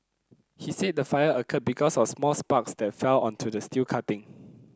he said the fire occurred because of small sparks that fell onto the steel cutting